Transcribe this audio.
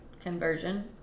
Conversion